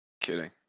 Kidding